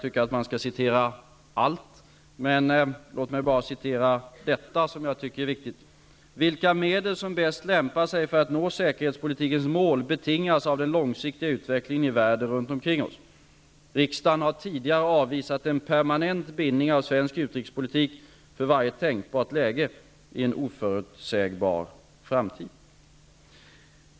Låt mig här bara citera ett av utskottets konstateranden, som jag tycker är viktigt: ''Vilka medel som bäst lämpar sig för att nå säkerhetspolitikens mål betingas av den långsiktiga utvecklingen i världen runtomkring oss. Riksdagen har tidigare avvisat en permanent bindning av svensk utrikespolitik för varje tänkbart läge i en oförutsägbar framtid.''